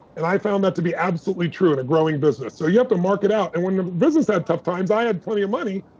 and i found that to be absolutely true in a growing business. so you have to mark it out. and when the business had tough times, i had plenty of money.